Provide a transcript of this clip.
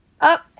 Up